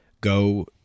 go